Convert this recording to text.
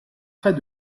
près